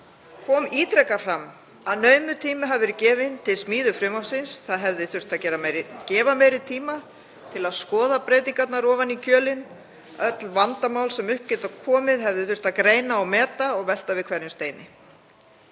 kom ítrekað fram að naumur tími hefði verið gefinn til smíði frumvarpsins og þurft hefði meiri tíma til að skoða breytingarnar ofan í kjölinn. Öll vandamál sem upp gætu komið hefði þurft að greina og meta og velta við hverjum steini.